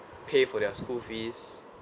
pay for their school fees